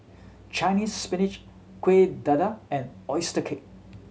Chinese Spinach Kueh Dadar and oyster cake